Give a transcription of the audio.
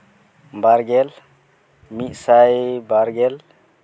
ᱵᱟᱨᱜᱮᱞ ᱢᱤᱫ ᱥᱟᱭ ᱵᱟᱨ ᱜᱮᱞ